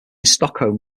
stockholm